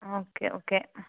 okay okay